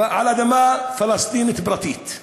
על אדמה פלסטינית פרטית,